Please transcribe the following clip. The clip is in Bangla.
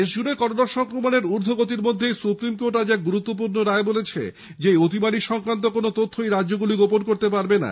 দেশজুড়ে করোনা সংক্রমণের উর্দ্ধগতির মধ্যেই সুপ্রিম কোর্ট আজ এক গুরুত্বপূর্ণ রায়ে বলেছে এই অতিমারী সংক্রান্ত কোনও তথ্যই রাজ্যগুলি গোপন করতে পারবে না